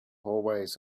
hallways